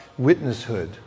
witnesshood